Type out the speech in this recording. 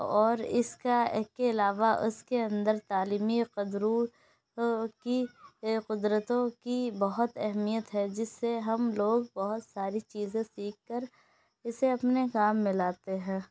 اور اس کا کے علاوہ اس کے اندر تعلیمی قدرو کی قدرتوں کی بہت اہمیت ہے جس سے ہم لوگ بہت ساری چیزیں سیکھ کر اسے اپنے کام میں لاتے ہیں